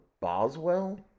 Boswell